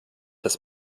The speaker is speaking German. das